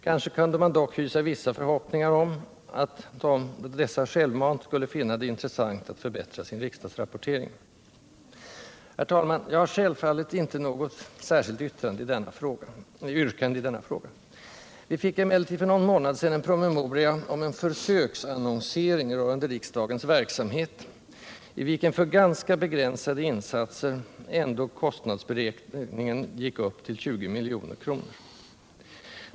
Kanske kunde man dock hysa vissa förhoppningar om att dessa självmant skulle kunna finna det intressant att förbättra sin riksdagsrapportering. Herr talman! Jag har självfallet inget särskilt yrkande i denna fråga. Vi fick emellertid för någon månad sedan en promemoria om en ”försöksannonsering” rörande riksdagens verksamhet, i vilken för ganska begränsade insatser kostnadsberäkningen ändå gick upp till 20 milj.kr.